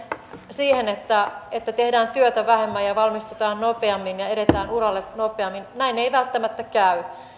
siihen että että tehdään työtä vähemmän ja ja valmistutaan nopeammin ja edetään uralle nopeammin näin ei välttämättä käy